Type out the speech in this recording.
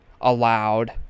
allowed